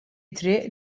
triq